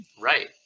Right